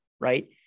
right